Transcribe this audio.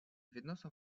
відносно